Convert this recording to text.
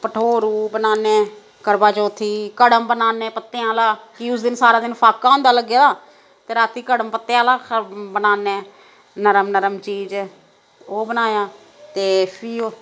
भठोरू बनाने करवाचौथी कड़म बनाने पत्तें आह्ला कि उस दिन सारा दिन फाका होंदा लग्गे दा ते रातीं कड़म पत्तें आह्ला बनाने नरम नरम चीज ओह् बनाया ते फ्ही ओह्